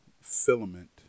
filament